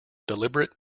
deliberate